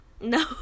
no